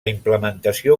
implementació